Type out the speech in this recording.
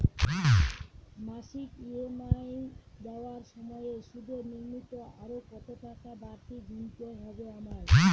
মাসিক ই.এম.আই দেওয়ার সময়ে সুদের নিমিত্ত আরো কতটাকা বাড়তি গুণতে হবে আমায়?